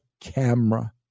camera